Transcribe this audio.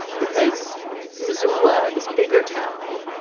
because missoula, this bigger town,